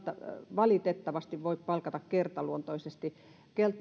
valitettavasti voi palkata kertaluontoisesti